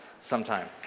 sometime